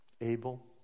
Abel